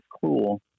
cool